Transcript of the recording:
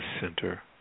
center